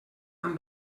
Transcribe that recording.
amb